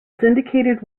syndicated